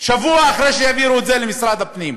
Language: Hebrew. שבוע אחרי שהעבירו את זה למשרד הפנים.